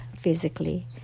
physically